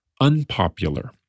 unpopular